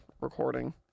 recording